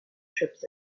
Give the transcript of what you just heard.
trips